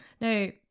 no